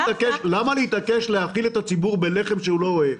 למה להתעקש להאכיל את הציבור בלחם שהוא לא אוהב?